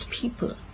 people